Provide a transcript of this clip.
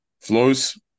flows